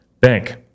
Bank